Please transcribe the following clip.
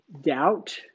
doubt